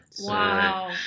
Wow